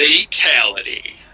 Fatality